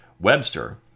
Webster